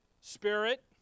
spirit